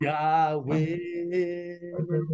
Yahweh